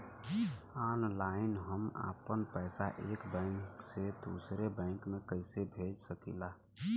Online हम आपन पैसा एक बैंक से दूसरे बैंक में कईसे भेज सकीला?